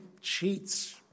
cheats